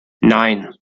nine